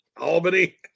Albany